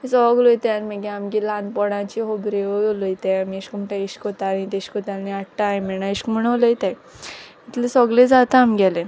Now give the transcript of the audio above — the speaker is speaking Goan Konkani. सोगलें उलोयताय आनी मागी आमगे ल्हाणपोणाच्यो होबऱ्यो उलोयताय आमी अेश कोन्न अेश कोतालीं तेश कोतालीं आंत टायम मेणा अेश म्हूण उलोयताय इतलें सोगलें जाता आमगेलें